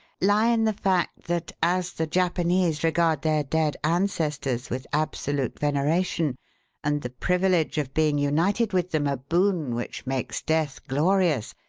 lie in the fact that, as the japanese regard their dead ancestors with absolute veneration and the privilege of being united with them a boon which makes death glorious,